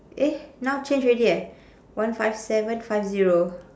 eh now change already eh one five seven five zero